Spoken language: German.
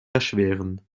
erschweren